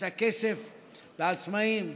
את הכסף לעצמאים,